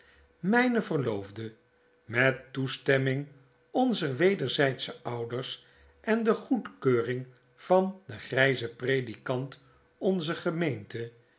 myne verloofde met toestemming onzer wederzydsehe ouders ende goedkeuring van den gryzen predikant onzer gemeente